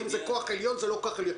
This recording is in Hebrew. האם זה כוח עליון או לא כוח עליון.